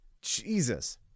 Jesus